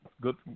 good